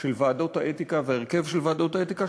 של ועדות האתיקה וההרכב של ועדות האתיקה,